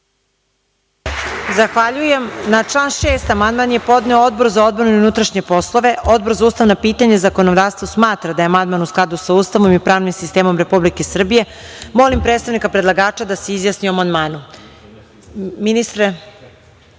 Zahvaljujem. Na član 6. amandman je podneo Odbor za odbranu i unutrašnje poslove. Odbor za ustavna pitanja i zakonodavstvo smatra da je amandman u skladu sa Ustavom i pravnim sistemom Republike Srbije. Molim predstavnika predlagača da se izjasni o amandmanu. Reč